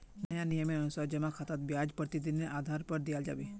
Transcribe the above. नया नियमेर अनुसार जमा खातात ब्याज प्रतिदिनेर आधार पर दियाल जाबे